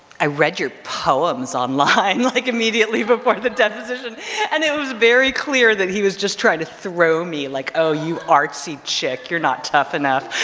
i read your poems online, like immediately before the deposition and it was very clear that he was just trying to throw me, like oh you artsy chick, you're not tough enough.